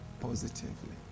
positively